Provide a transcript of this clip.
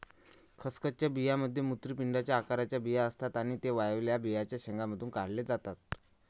खसखसच्या बियांमध्ये मूत्रपिंडाच्या आकाराचे बिया असतात आणि ते वाळलेल्या बियांच्या शेंगांमधून काढले जातात